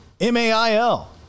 m-a-i-l